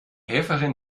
helferin